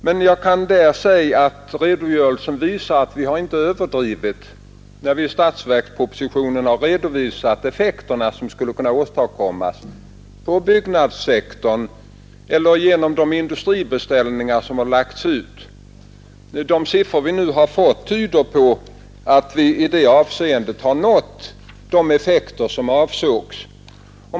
Men jag kan säga att redogörelsen visar att vi inte överdrivit när vi i statsverkspropositionen redovisat effekterna som skulle kunna åstadkommas på byggnadssektorn eller genom de industribeställningar som gjorts. De siffror vi nu fått tyder på att vi i det avseendet nått de effekter som avsågs.